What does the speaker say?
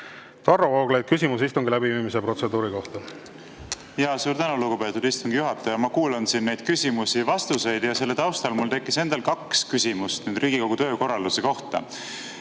Varro Vooglaid, küsimus istungi läbiviimise protseduuri kohta. Suur tänu, lugupeetud istungi juhataja! Ma kuulan siin neid küsimusi-vastuseid ja selle taustal mul tekkis endal kaks küsimust Riigikogu töökorralduse kohta.